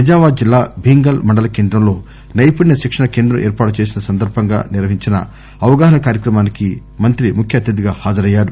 నిజామాబాద్ జిల్లా భీంగల్ మండల కేంద్రంలో నైపుణ్య శిక్షణ కేంద్రం ఏర్పాటు చేసిన సందర్భంగా నిర్వహించిన అవగాహన కార్సక్రమానికి మంత్రి ముఖ్య అతిథిగా హాజరయ్యారు